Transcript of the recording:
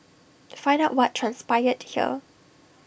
find out what transpired here